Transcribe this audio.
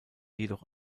jedoch